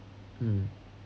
mm